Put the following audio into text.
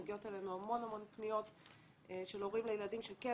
מגיעות אלינו המון פניות של הורים לילדים שכן